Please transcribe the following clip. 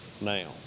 now